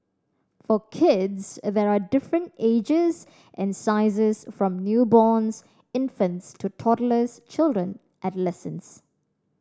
for kids there are different ages and sizes from newborns infants to toddlers children adolescents